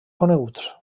coneguts